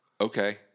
okay